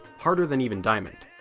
harder than even diamond.